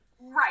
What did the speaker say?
right